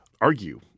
argue